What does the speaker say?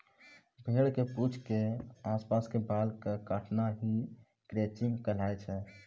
भेड़ के पूंछ के आस पास के बाल कॅ काटना हीं क्रचिंग कहलाय छै